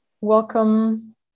welcome